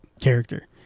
character